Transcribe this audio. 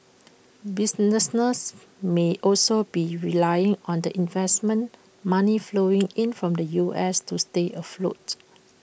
businesses may also be relying on the investment money flowing in from the U S to stay afloat